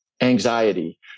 anxiety